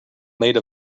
made